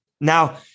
Now